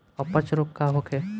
अपच रोग का होखे?